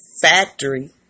factory